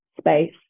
space